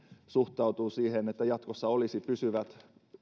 suhtautuvat siihen että siinä jatkossa olisi pysyvät